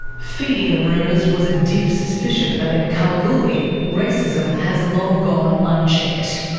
feeding the rumours was a deep suspicion that in kalgoorlie, racism has long gone unchecked.